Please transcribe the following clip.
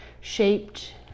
shaped